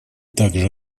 также